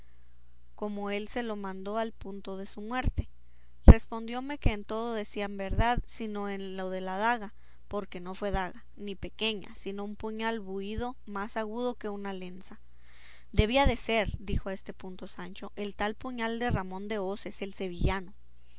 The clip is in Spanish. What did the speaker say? como él se lo mandó al punto de su muerte respondióme que en todo decían verdad sino en la daga porque no fue daga ni pequeña sino un puñal buido más agudo que una lezna debía de ser dijo a este punto sancho el tal puñal de ramón de hoces el sevillano